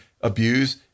abuse